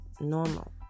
normal